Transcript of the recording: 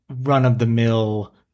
run-of-the-mill